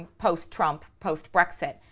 post-trump, post-brexit.